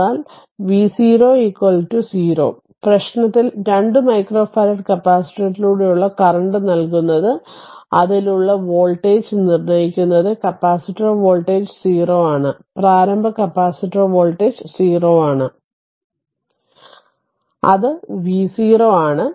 എന്നാൽ v 0 0പ്രശ്നത്തിൽ 2 microfarad കപ്പാസിറ്ററിലൂടെ കറന്റ് നൽകുന്നത് അതിലുള്ള വോൾട്ടേജ് നിർണ്ണയിക്കുന്നത് കപ്പാസിറ്റർ വോൾട്ടേജ് 0 ആണ് പ്രാരംഭ കപ്പാസിറ്റർ വോൾട്ടേജ് 0 ആണ് അത് v 0 ആണ്